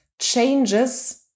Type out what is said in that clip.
changes